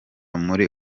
muri